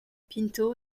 pinto